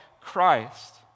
Christ